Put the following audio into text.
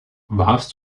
warst